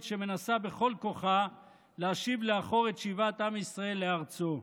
שמנסה בכל כוחה להשיב לאחור את שיבת עם ישראל לארצו.